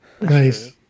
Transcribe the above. Nice